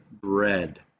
bread